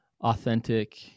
authentic